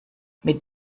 mit